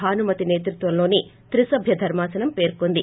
భానుమతి సేతృత్వంలోని త్రిసభ్య ధర్మాసనం పేర్కొంది